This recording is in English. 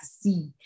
see